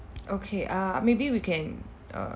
okay uh maybe we can err